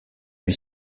lui